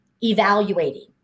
evaluating